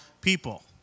people